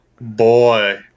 Boy